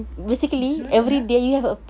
eh seronok lah